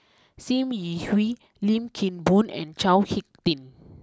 Sim Yi Hui Lim Kim Boon and Chao Hick Tin